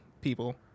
people